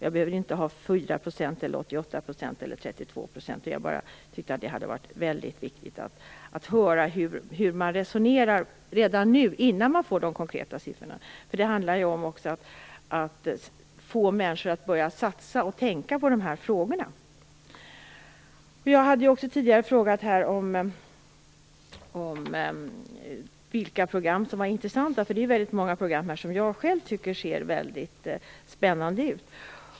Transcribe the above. Jag behöver inte veta om det är 4 %, 88 % eller 32 %. Det hade varit viktigt att höra hur man resonerar redan nu innan man får de konkreta siffrorna. Det handlar om att få människor att börja satsa och tänka på dessa frågor. Jag hade tidigare frågat om vilka program som var intressanta. Det är väldigt många program som jag själv tycker ser mycket spännande ut.